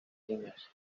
niñas